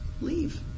leave